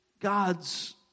God's